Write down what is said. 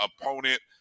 opponent